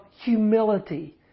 humility